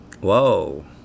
Whoa